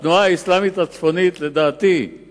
לדעתי התנועה האסלאמית הצפונית היא